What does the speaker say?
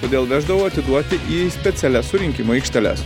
todėl veždavau atiduoti į specialias surinkimo aikšteles